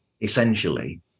essentially